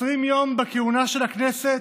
20 יום בכהונה של הכנסת,